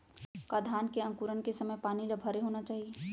का धान के अंकुरण के समय पानी ल भरे होना चाही?